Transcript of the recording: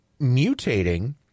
mutating